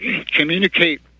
communicate